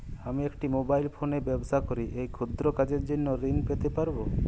আমি একটি মোবাইল ফোনে ব্যবসা করি এই ক্ষুদ্র কাজের জন্য ঋণ পেতে পারব?